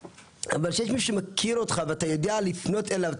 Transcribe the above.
אבל כשיש מישהו שמכיר אותך ואתה יודע לפנות אליו,